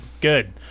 good